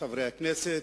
חברי הכנסת,